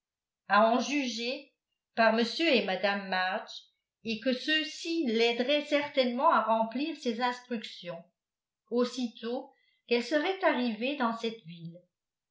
à en juger par m et mme march et que ceux-ci l'aideraient certainement à remplir ses instructions aussitôt qu'elle serait arrivée dans cette ville